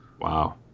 Wow